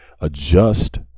adjust